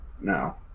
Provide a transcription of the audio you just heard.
No